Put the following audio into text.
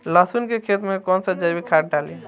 लहसुन के खेत कौन सा जैविक खाद डाली?